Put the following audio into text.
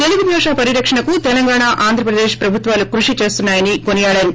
తెలుగు భాషా పరిరక్షణకు తెలంగాణా ఆంధ్రప్రదేశ్ ప్రభుత్వాలు కృషి చేస్తున్నాయని కొనియాడారు